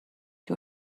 you